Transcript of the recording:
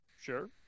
sure